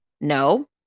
No